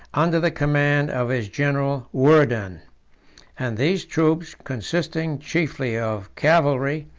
under the command of his general werdan and these troops consisting chiefly of cavalry,